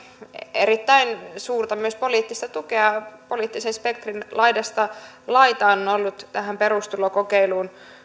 erittäin suurta poliittista tukea poliittisen spektrin laidasta laitaan on ollut tähän perustulokokeiluun